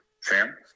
Sam